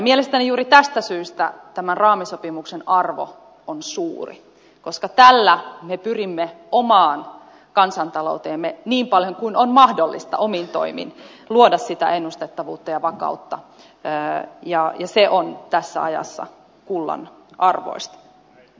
mielestäni juuri tästä syystä tämän raamisopimuksen arvo on suuri koska tällä me pyrimme omaan kansantalouteemme niin paljon kuin on mahdollista omin toimin luomaan sitä ennustettavuutta ja vakautta ja se on tässä ajassa kullanarvoista